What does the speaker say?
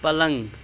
پلنٛگ